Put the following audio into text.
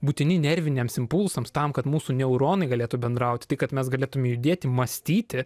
būtini nerviniams impulsams tam kad mūsų neuronai galėtų bendrauti tai kad mes galėtume judėti mąstyti